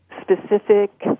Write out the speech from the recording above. specific